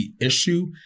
issue